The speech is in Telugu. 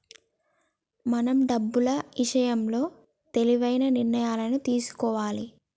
మనం డబ్బులు ఇషయంలో తెలివైన నిర్ణయాలను తీసుకోవాలే